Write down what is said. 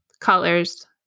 colors